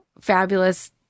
fabulous